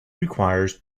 requires